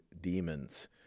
demons